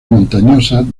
montañosas